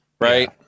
right